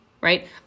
right